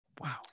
Wow